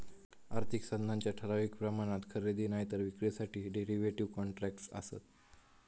आर्थिक साधनांच्या ठराविक प्रमाणात खरेदी नायतर विक्रीसाठी डेरीव्हेटिव कॉन्ट्रॅक्टस् आसत